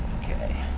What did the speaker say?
okay.